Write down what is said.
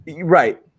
Right